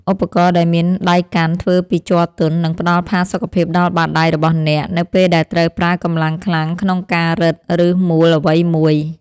ឧបករណ៍ដែលមានដៃកាន់ធ្វើពីជ័រទន់ នឹងផ្តល់ផាសុកភាពដល់បាតដៃរបស់អ្នក នៅពេលដែលត្រូវប្រើកម្លាំងខ្លាំងក្នុងការរឹត ឬមួលអ្វីមួយ។